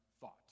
thought